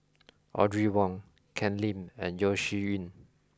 Audrey Wong Ken Lim and Yeo Shih Yun